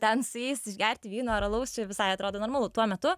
ten su jais išgerti vyno ar alaus čia visai atrodo normalu tuo metu